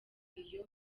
iyo